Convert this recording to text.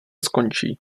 skončí